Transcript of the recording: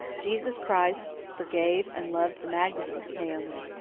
jesus christ forgave and loved the magdalen, naomi.